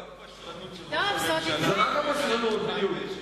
זאת רק הפשרנות של ראש הממשלה,